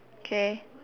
okay